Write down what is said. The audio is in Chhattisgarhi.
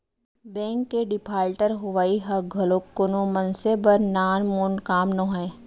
बेंक के डिफाल्टर होवई ह घलोक कोनो मनसे बर नानमुन काम नोहय